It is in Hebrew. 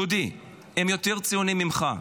דודי, הם יותר ציוניים ממך.